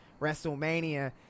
WrestleMania